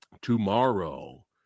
tomorrow